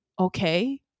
okay